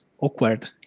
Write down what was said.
awkward